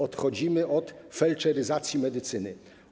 Odchodzimy od felczeryzacji medycyny.